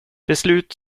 beslut